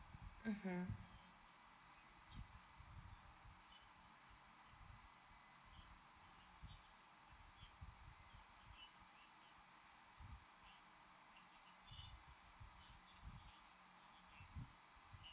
mmhmm